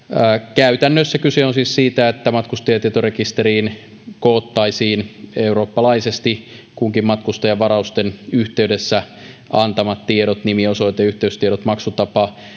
käytännössä kyse on siis siitä että matkustajatietorekisteriin koottaisiin eurooppalaisesti kunkin matkustajavarausten yhteydessä antamat tiedot nimi osoite yhteystiedot maksutapa